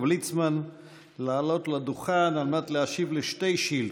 ליצמן לעלות לדוכן ולהשיב על שתי שאילתות.